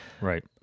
right